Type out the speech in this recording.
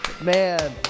Man